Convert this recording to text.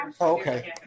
Okay